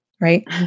right